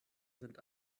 sind